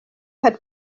had